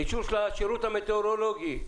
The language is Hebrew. אישור של השירות המטאורולוגי.